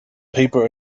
paper